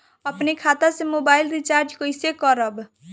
अपने खाता से मोबाइल रिचार्ज कैसे करब?